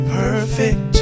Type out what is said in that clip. perfect